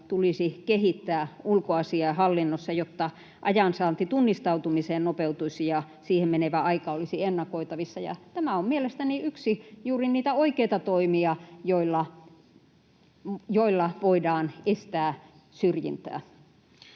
tulisi kehittää ulkoasiainhallinnossa, jotta ajan saanti tunnistautumiseen nopeutuisi ja siihen menevä aika olisi ennakoitavissa. Tämä on mielestäni yksi juuri niitä oikeita toimia, joilla voidaan estää syrjintää.